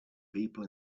people